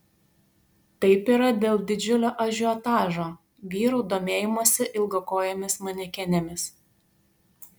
taip yra dėl didžiulio ažiotažo vyrų domėjimosi ilgakojėmis manekenėmis